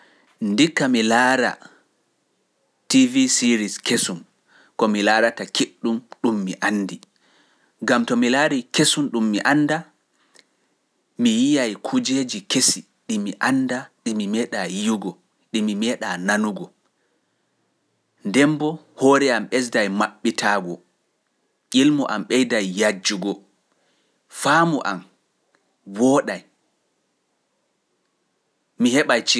Ndikka mi laara TV series kesum ko mi laarata keɗum ɗum mi anndi, gam to mi laari kesum ɗum mi annda, mi yi’ay kujeeji kesi ɗi mi annda ɗi mi meeɗa yiyugo, ɗi mi meeɗa nanugo, nden mbo hoore am ɓesday maɓɓitaago, ƴilmo am ɓeyday yajjugo, faamu am wooɗay, mi heɓay